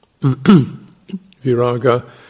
Viraga